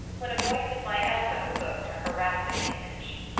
when a voice at my elbow evoked her harassing image.